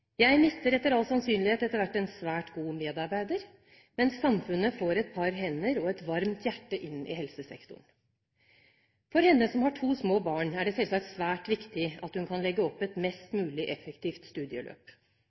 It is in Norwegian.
Jeg mister etter all sannsynlighet etter hvert en svært god medarbeider, men samfunnet får et par hender og et varmt hjerte inn i helsesektoren. For henne som har to små barn, er det selvsagt svært viktig at hun kan legge opp et mest mulig effektivt studieløp.